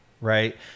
right